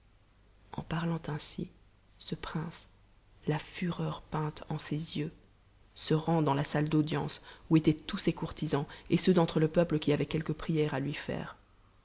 en parlant ainsi ce prince la fureur peinte en ses yeux se rend dans la salle d'audience où étaient tous ses courtisans et ceux d'entre le peuple qui avaient quelque prière à lui faire